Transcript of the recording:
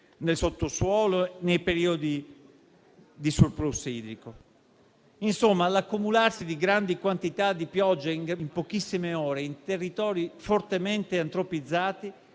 nel sottosuolo, nei periodi di *surplus* idrico. Insomma, l'accumularsi di grandi quantità di pioggia in pochissime ore, in territori fortemente antropizzati,